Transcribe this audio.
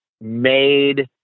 made